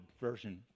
version